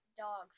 dogs